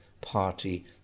party